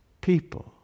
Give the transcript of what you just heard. People